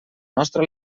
nostra